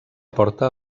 porta